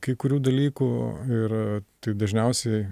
kai kurių dalykų ir tai dažniausiai